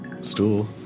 Stool